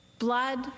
Blood